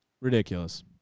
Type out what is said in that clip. Ridiculous